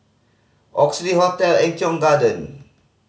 Oxley Hotel Eng Kong Garden